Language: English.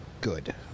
good